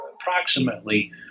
approximately